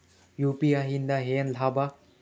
UPI ಇಂದ ಏನ್ ಲಾಭ?